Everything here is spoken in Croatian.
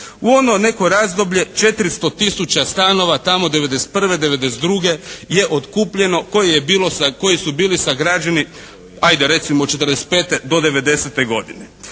U ono neko razdoblje 400 000 stanova tamo '91., '92. je otkupljeno koji su bili sagrađeni hajde recimo od '45. do '90.-te godine.